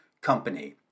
company